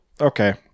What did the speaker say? okay